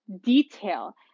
detail